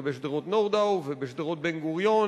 ובשדרות-נורדאו ובשדרות בן-גוריון,